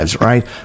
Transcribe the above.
right